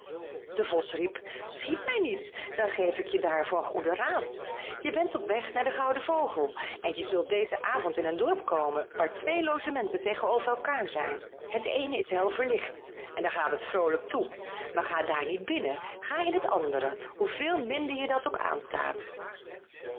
de vos riep schiet mij niet dan geef ik je daarvoor een goeden raad je bent op weg naar den gouden vogel en je zult dezen avond in een dorp komen waar twee logementen tegenover elkaar zijn het eene is hel verlicht en daar gaat het vroolijk toe maar ga daar niet binnen ga in het andere hoe veel minder je dat ook aanstaat